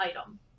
item